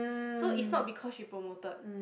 so it's not because she promoted